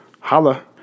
Holla